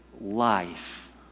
life